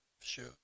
Sure